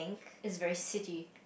it's very city